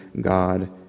God